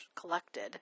collected